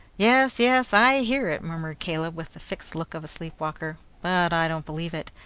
yes, yes, i hear it, murmured caleb with the fixed look of a sleep-walker but i don't believe it.